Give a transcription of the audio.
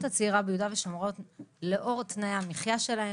הצעירה ביהודה ושומרון לאור תנאי המחייה שלהם.